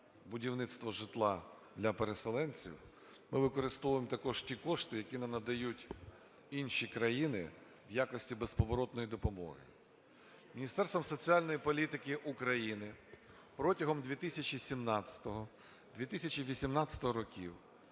будівництво житла для переселенців, ми використовуємо також ті кошти, які не надають інші країни в якості безповоротної допомоги. Міністерством соціальної політики України протягом 2017-2018 років